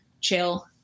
chill